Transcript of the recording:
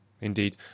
indeed